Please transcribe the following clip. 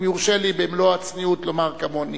אם יורשה לי במלוא הצניעות לומר, כמוני,